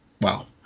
wow